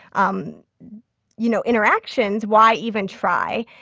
um you know, interactions, why even try?